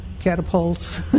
catapults